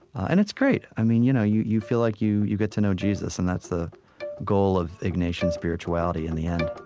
and it's great. i mean, you know you you feel like you you get to know jesus, and that's the goal of ignatian spirituality in the end